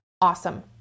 awesome